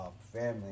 Family